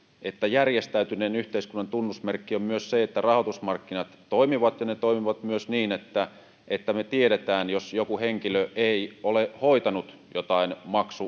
että järjestäytyneen yhteiskunnan tunnusmerkki on myös se että rahoitusmarkkinat toimivat ja ne toimivat myös niin että että me tiedämme jos joku henkilö ei ole hoitanut joitain